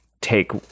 take